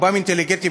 רובם אינטליגנטים,